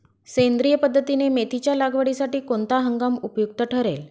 सेंद्रिय पद्धतीने मेथीच्या लागवडीसाठी कोणता हंगाम उपयुक्त ठरेल?